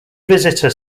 visitor